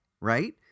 right